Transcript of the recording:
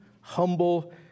humble